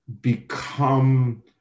become